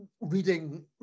reading